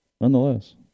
nonetheless